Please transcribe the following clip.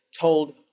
told